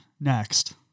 Next